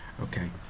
okay